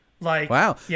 Wow